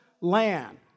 land